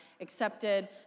accepted